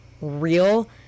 real